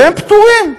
והם פטורים,